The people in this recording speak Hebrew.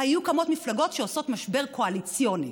היו קמות מפלגות ועושות משבר קואליציוני.